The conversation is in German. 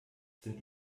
sind